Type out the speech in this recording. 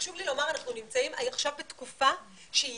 חשוב לי לומר שאנחנו נמצאים עכשיו בתקופה שהיא